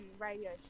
radio